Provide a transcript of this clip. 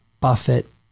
Buffett